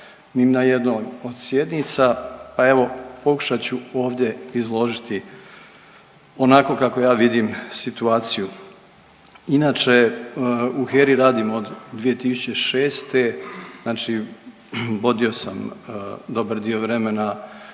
na jednoj od sjednica pa evo pokušat ću ovdje izložiti onako kako ja vidim situaciju. Inače u HERA-i radim od 2006., znači vodio sam dobar dio vremena